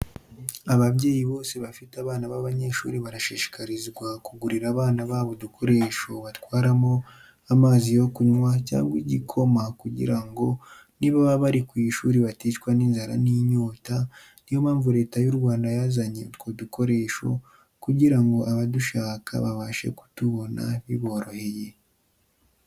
Ababyeyi bose bafite abana b'abanyeshuri barashishikarizwa kugurira abana babo udukoresho batwaramo amazi yo kunywa cyangwa igikoma kugira ngo nibaba bari ku ishuri baticwa n'inzara n'inyota, ni yo mpamvu Leta y'u Rwanda yazanye utwo dukoresho kugira ngo abadushaka babashe kutubona biboroheye.